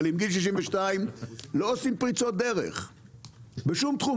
עם גיל 62 לא עושים פריצות דרך בשום תחום,